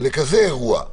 לכזה אירוע,